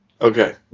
Okay